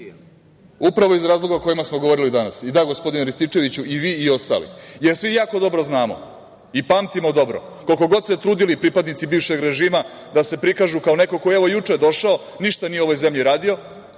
upravo iz razlog o kojima smo govorili danas. Da, gospodine Rističeviću i vi i ostali, jer svi jako dobro znamo i pamtimo dobro, koliko god se trudili pripadnici bivšeg režima da se prikažu kao neko ko je juče došao, ništa nije u ovoj zemlji radio,